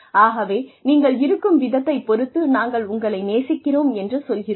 ஆகவே நீங்கள் இருக்கும் விதத்தைப் பொறுத்து நாங்கள் உங்களை நேசிக்கிறோம் என்று சொல்கிறோம்